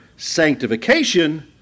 sanctification